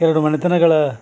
ಎರಡು ಮನೆತನಗಳ